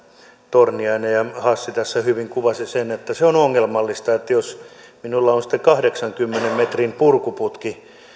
torniainen ja ja hassi tässä hyvin kuvasivat jo sen että se on ongelmallista jos minulla on kahdeksankymmenen metrin purkuputki